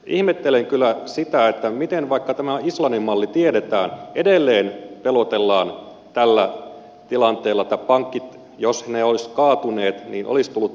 ihmettelen kyllä sitä että vaikka tämä islannin malli tiedetään edelleen pelotellaan tällä tilanteella että jos pankit olisivat kaatuneet niin olisi tullut täystyöttömyys